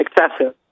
excessive